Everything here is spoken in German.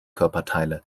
körperteile